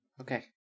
Okay